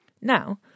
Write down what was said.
Now